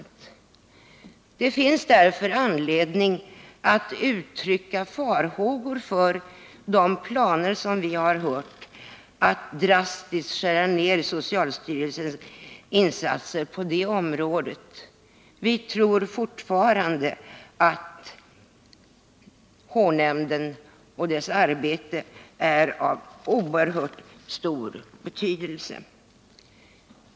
Det finns därför anledning att uttrycka farhågor för de planer vi har hört talas om att man drastiskt skall skära ner socialstyrelsens insatser på detta område. Vi tror fortfarande att hälsovårdsnämndens arbete är av oerhört stor betydelse.